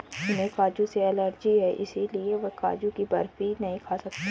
उन्हें काजू से एलर्जी है इसलिए वह काजू की बर्फी नहीं खा सकते